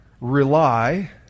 rely